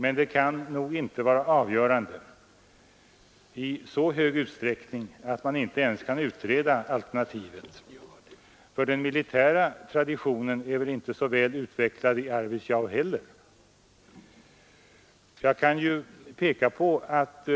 Men det kan inte vara avgörande i så hög grad att man inte ens kan utreda alternativet. Inte heller den militära traditionen är så väl utvecklad i Arvidsjaur. Jag kan peka på att